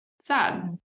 sad